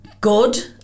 good